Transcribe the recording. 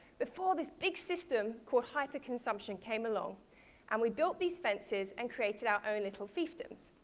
before this big system called hyper-consumption came along and we built these fences and created out own little fiefdoms.